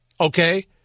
okay